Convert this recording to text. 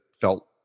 felt